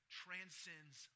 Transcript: transcends